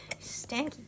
Stinky